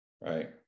Right